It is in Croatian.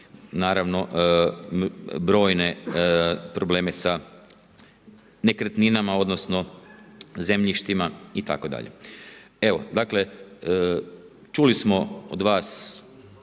naravno i brojne probleme sa nekretninama, odnosno zemljištima itd. Evo dakle čuli smo od vas,